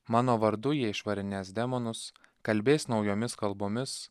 mano vardu jie išvarinės demonus kalbės naujomis kalbomis